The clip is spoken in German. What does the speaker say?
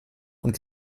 und